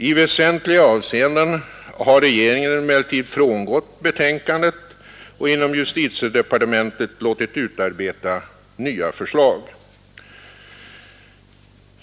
I väsentliga avseenden har regeringen emellertid frångätt betänkandet och inom justitiedepartementet låtit utarbeta nya förslag.